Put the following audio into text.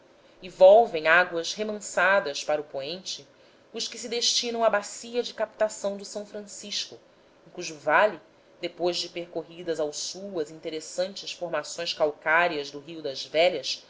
volvem águas remansadas para o poente os que se destinam à bacia de captação do s francisco em cujo vale depois de percorridas ao sul as interessantes formações calcárias do rio das velhas